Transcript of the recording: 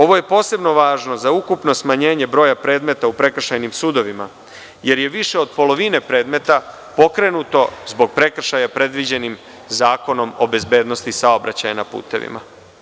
Ovo je posebno važno za ukupno smanjenje broja predmeta u prekršajnim sudovima, jer je više od polovine predmeta pokrenuto zbog prekršaja predviđenim Zakonom o bezbednosti saobraćaja na putevima.